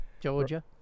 Georgia